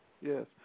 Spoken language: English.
Yes